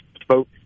spoke